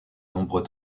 nombres